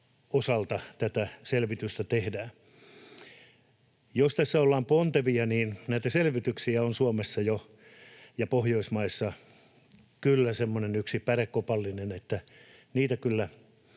osalta tätä selvitystä tehdään. Jos tässä ollaan pontevia, niin näitä selvityksiä on Suomessa ja Pohjoismaissa kyllä jo semmoinen yksi pärekopallinen, niin että niitä kyllä